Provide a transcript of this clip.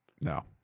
No